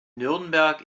nürnberg